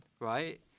right